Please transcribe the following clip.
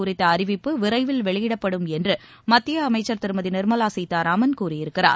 குறித்த அறிவிப்பு விரைவில் வெளியிடப்படும் என்று மத்திய அமைச்சர் திருமதி நிர்மலா சீதாராமன் கூறியிருக்கிறார்